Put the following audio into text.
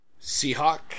Seahawk